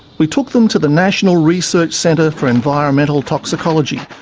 we took them to the national research centre for environmental toxicology,